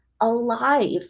alive